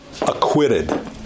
acquitted